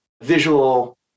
visual